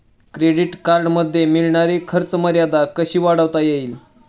Credit कार्डमध्ये मिळणारी खर्च मर्यादा कशी वाढवता येईल?